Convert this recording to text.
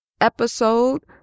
episode